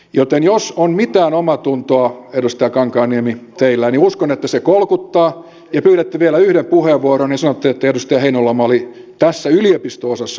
joten jos on mitään omaatuntoa teillä edustaja kankaanniemi niin uskon että se kolkuttaa ja pyydätte vielä yhden puheenvuoron ja sanotte että edustaja heinäluoma oli tässä yliopisto osassa oikeassa